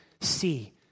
see